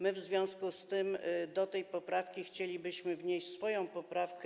My w związku z tym do tej poprawki chcielibyśmy wnieść swoją poprawkę.